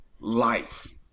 life